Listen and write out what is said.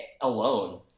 alone